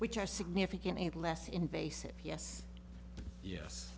which are significant a less invasive yes yes